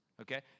Okay